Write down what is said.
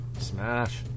Smash